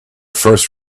first